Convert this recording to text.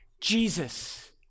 Jesus